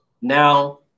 now